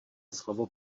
slovo